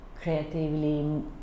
creatively